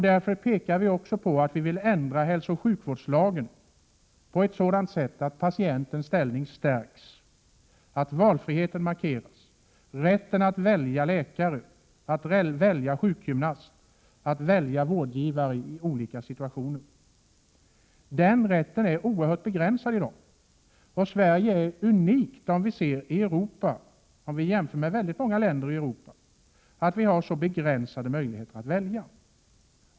Därför pekar vi också på att hälsooch sjukvårdslagen skall ändras på ett sådant sätt att patientens ställning stärks, att valfriheten — rätten att välja läkare, sjukgymnast och vårdgivare — markeras. Den rätten är oerhört begränsad i dag, och Sverige är unikt, jämfört med många länder i Europa, genom att här finns så begränsade möjligheter att välja.